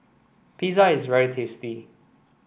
pizza is very tasty